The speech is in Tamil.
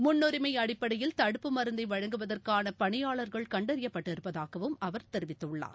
முன்னுரிமைஅடிப்படையில் தடுப்பு மருந்தைவழங்குவதற்கானபணியாளர்கள் கண்டறியப்பட்டிருப்பதாகவும் அவர் தெரிவித்துள்ளார்